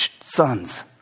sons